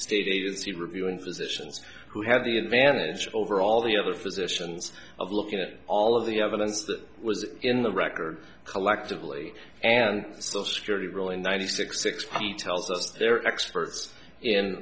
state agency reviewing physicians who had the advantage over all the other physicians of looking at all of the evidence that was in the record collectively and so security really ninety six sixty tells us they're experts in